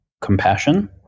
compassion